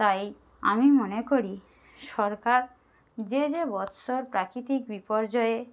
তাই আমি মনে করি সরকার যে যে বৎসর প্রাকৃতিক বিপর্যয়ে